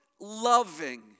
loving